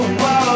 whoa